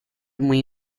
muy